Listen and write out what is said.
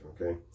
Okay